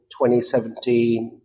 2017